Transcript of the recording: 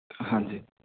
ਹਾਂਜੀ